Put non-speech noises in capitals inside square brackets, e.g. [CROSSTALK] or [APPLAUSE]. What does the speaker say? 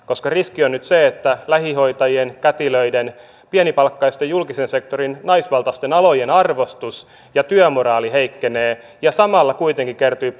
koska riski on nyt se että lähihoitajien kätilöiden pienipalkkaisten julkisen sektorin naisvaltaisten alojen arvostus ja työmoraali heikkenee ja samalla kuitenkin kertyy [UNINTELLIGIBLE]